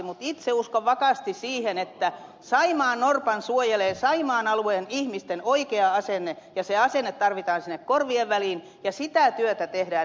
mutta itse uskon vakaasti siihen että saimaannorpan suojelee saimaan alueen ihmisten oikea asenne ja se asenne tarvitaan sinne korvien väliin ja sitä työtä tehdään